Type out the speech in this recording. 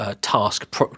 task